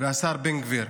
והשר בן גביר.